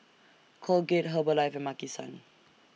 Colgate Herbalife and Maki San